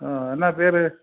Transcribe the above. ஆ என்ன பேர்